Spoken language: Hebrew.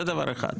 זה דבר אחד.